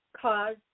cause